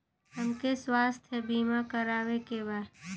हमके स्वास्थ्य बीमा करावे के बा?